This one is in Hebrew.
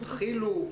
התחילו,